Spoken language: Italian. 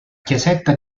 chiesetta